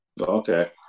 Okay